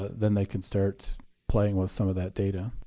then they can start playing with some of that data.